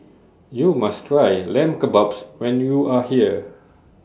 YOU must Try Lamb Kebabs when YOU Are here